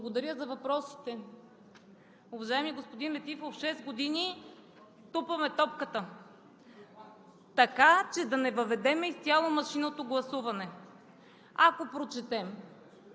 благодаря за въпросите. Уважаеми господин Летифов, шест години тупаме топката, така че да не въведем изцяло машинното гласуване. Ако прочетем